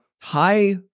high